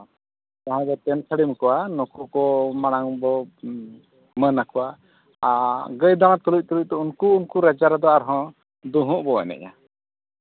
ᱚᱱᱟ ᱵᱚᱱ ᱛᱮᱱ ᱥᱟᱹᱲᱤᱢ ᱠᱚᱣᱟ ᱱᱩᱠᱩ ᱠᱚ ᱢᱟᱲᱟᱝ ᱵᱚᱱ ᱢᱮᱱ ᱟᱠᱚᱣᱟ ᱟᱨ ᱜᱟᱹᱭ ᱰᱟᱝᱨᱟ ᱛᱩᱞᱩᱡ ᱛᱩᱞᱩᱡ ᱛᱮ ᱩᱱᱠᱩ ᱠᱚ ᱨᱟᱪᱟ ᱨᱮᱫᱚ ᱟᱨᱦᱚᱸ ᱫᱩᱦᱩ ᱵᱚᱱ ᱮᱱᱮᱡᱼᱟ